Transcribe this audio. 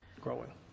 growing